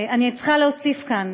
אני צריכה להוסיף כאן